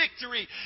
victory